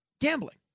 gambling